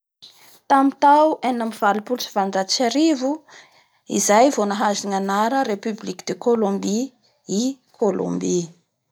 Tamin'ny tao enina ambin'ny valopololo sy valonjato sy arivo izay vao nahazo ny anara republique de Colombie i Colombie.